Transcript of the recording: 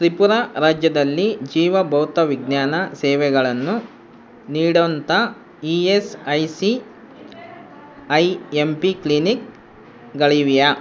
ತ್ರಿಪುರ ರಾಜ್ಯದಲ್ಲಿ ಜೀವ ಭೌತವಿಜ್ಞಾನ ಸೇವೆಗಳನ್ನು ನೀಡೋಂಥ E S I C I M P ಕ್ಲಿನಿಕ್ಗಳಿವೆಯಾ